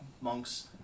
monks